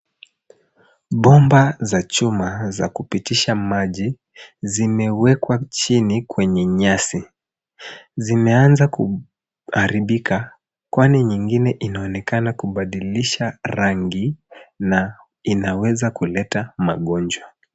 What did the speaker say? Bomba za chuma za kupitisha maji zimewekwa chini kwenye nyasi. Zimeanza kuharibika kwani nyingine inaonekana kubadilisha rangi na inaweza kuleta magonjwa.